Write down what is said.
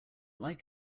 like